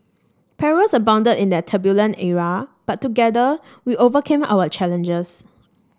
perils abounded in that turbulent era but together we overcame our challenges